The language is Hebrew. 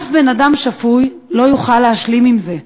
אף בן-אדם שפוי לא יוכל להשלים עם זה.